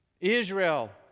Israel